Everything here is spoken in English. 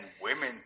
women